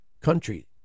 country